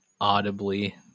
Audibly